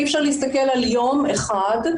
אי-אפשר להסתכל על יום אחד,